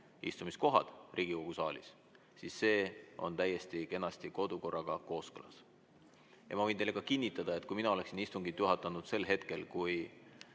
kohad Riigikogu saalis –, siis see on täiesti kenasti kodukorraga kooskõlas. Ma võin teile ka kinnitada, et kui mina oleksin istungit juhatanud sellel hetkel, kui